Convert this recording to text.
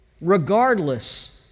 regardless